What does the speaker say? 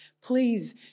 Please